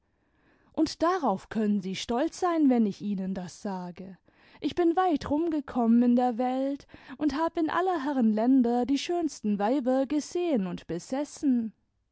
und darauf können sie stolz sein wenn ich ihnen das sagel ich bin weit mm gekommen in der welt und hab in aller herren länder die schönsten weiber gesehen und